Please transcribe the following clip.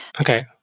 Okay